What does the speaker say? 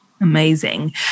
Amazing